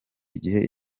igihe